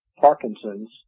Parkinson's